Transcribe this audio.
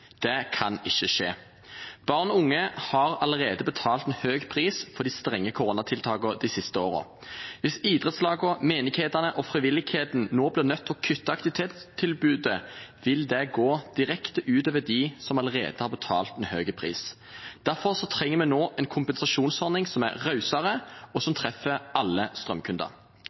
Det kan ikke skje. Barn og unge har allerede betalt en høy pris for de strenge koronatiltakene de siste årene. Hvis idrettslagene, menighetene og frivilligheten nå blir nødt til å kutte aktivitetstilbudet, vil det gå direkte ut over dem som allerede har betalt en høy pris. Derfor trenger vi nå en kompensasjonsordning som er rausere, og som treffer alle strømkunder.